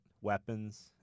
weapons